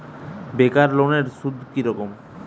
বেকার লোনের সুদ কি রকম?